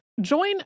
Join